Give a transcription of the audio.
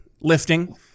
lifting